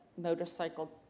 motorcycle